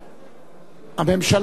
הממשלה, הקואליציה.